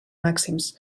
màxims